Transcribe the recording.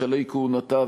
בשלהי כהונתה,